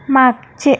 मागचे